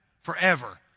forever